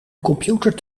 computer